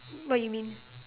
what you mean